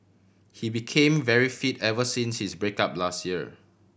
he became very fit ever since his break up last year